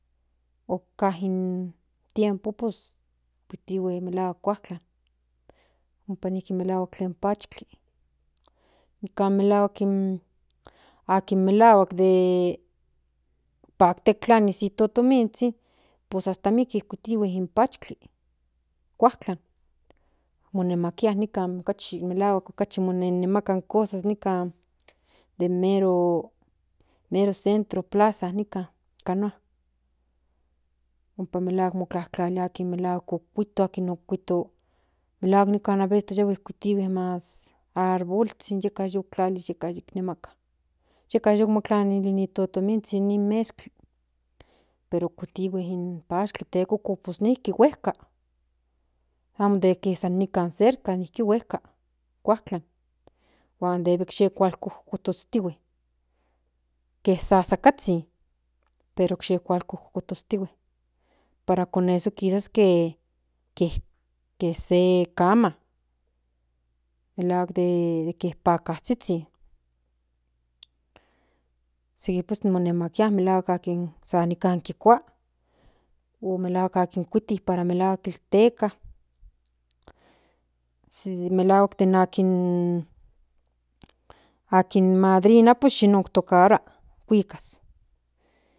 Ojka timpo pus kuitihue melahuak kuajtlan ompa nijki melahuak tlen pachkli nikan melahuak den akin melahuak dde paktia tlanis in totominzhin hasta mieke kuitihue in pashkli kuajtlan monamikia nikan kachi melahuak yi moneka cosas nikan de mero centro plaza nika canoa ompa melahua tlalia den akin kuito non kuito melahuak aveces yihue kuitue mas arbolzhin yeka yu kuai yeka nemaka yeka yu ni tlaili ni totom inzhin nin pashkli tekoko pues non nijki huejka amo san nikan cerka nijki huejka huan debe kuashkolokostihue que sasakazhin pero kualshkuejkuejtihue para con eso kisask ke cama melahuak ke pajkazhizhin seki monemakitia seki san monekikua o malahuahuak akin kuiti para melahuak este teka melahuak sen akin akin madria pues yi non tocarua kuikas.